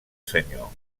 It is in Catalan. senyor